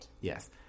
Yes